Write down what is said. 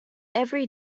every